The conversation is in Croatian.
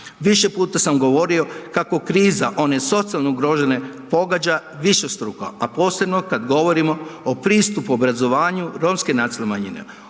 Više puta sam govorio kako kriza one socijalno ugrožene pogađa višestruko, a posebno kad govorimo o pristupu obrazovanju romske nacionalne